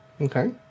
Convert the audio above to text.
Okay